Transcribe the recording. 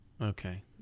Okay